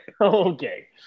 Okay